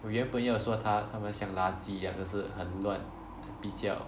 我原本要说他他们像垃圾一样可是很乱比较